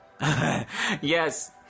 Yes